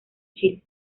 chile